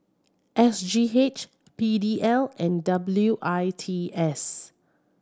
S G H P D L and W I T S